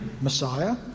Messiah